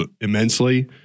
immensely